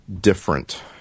Different